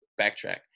backtrack